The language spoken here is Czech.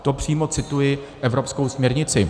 To přímo cituji evropskou směrnici.